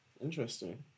interesting